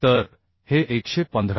तर हे 115